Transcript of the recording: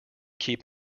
keep